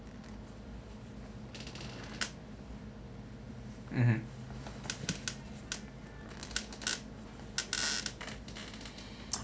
mmhmm